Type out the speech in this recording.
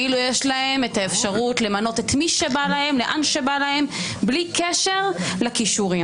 לא האמנתי שבימי חיי אחזה בקריסתה של מדינת ישראל.